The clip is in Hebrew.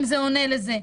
אם זה עונה לזה.